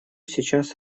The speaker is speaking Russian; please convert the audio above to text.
сейчас